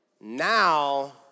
Now